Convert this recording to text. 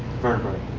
vertebrae.